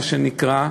מה שנקרא,